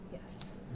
Yes